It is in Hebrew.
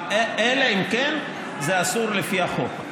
אלא אם כן זה אסור לפי החוק.